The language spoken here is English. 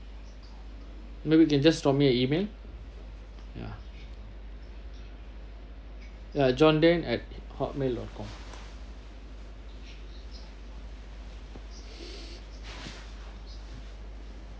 maybe you can just drop me an email ya uh john den at hotmail dot com